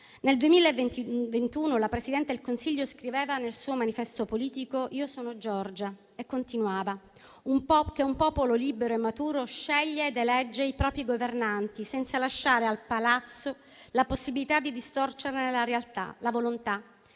Nel 2020-2021 la Presidente del Consiglio scriveva nel suo manifesto politico «Io sono Giorgia» e - continuava - che un popolo libero e maturo sceglie ed elegge i propri governanti senza lasciare al Palazzo la possibilità di distorcerne la volontà,